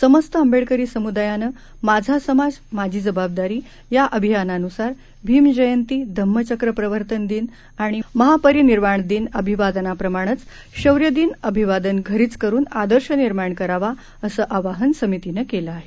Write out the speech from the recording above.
समस्त आंबेडकरी समुदायानं माझा समाज माझी जबाबदारी या अभियानानुसार भीमजयंती धम्मचक्र प्रवर्तन दिन आणि महापरिनिर्वाणदिन अभिवादनाप्रमाणंच शौर्यदिन अभिवादन घरीच करून आदर्श निर्माण करावा असं आवहन समितीनं केलं आहे